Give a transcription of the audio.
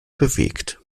bewegt